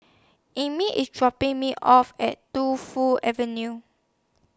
Emmit IS dropping Me off At Tu Fu Avenue